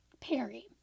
Perry